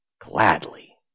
Gladly